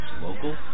local